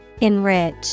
Enrich